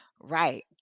Right